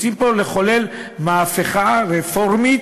רוצים פה לחולל מהפכה רפורמית,